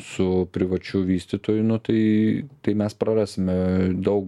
su privačiu vystytoju nu tai tai mes prarasime daug